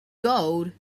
gold